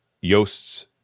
Yost's